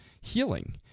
healing